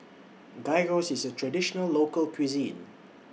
Gyros IS A Traditional Local Cuisine